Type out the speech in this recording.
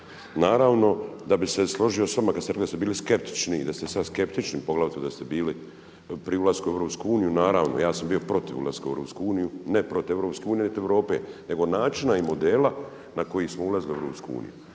Naravno da bih se složio s vama kad ste rekli da ste bili skeptični i da ste sad skeptični poglavito da ste bili pri ulasku u EU. Naravno, ja sam bio protiv ulaska u EU, ne protiv EU niti Europe nego načina i modela na koji smo ulazili u EU.